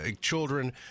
children